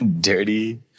Dirty